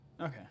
Okay